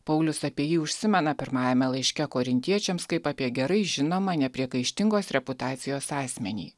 paulius apie jį užsimena pirmajame laiške korintiečiams kaip apie gerai žinomą nepriekaištingos reputacijos asmenį